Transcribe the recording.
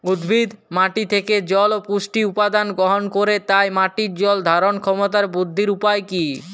উদ্ভিদ মাটি থেকে জল ও পুষ্টি উপাদান গ্রহণ করে তাই মাটির জল ধারণ ক্ষমতার বৃদ্ধির উপায় কী?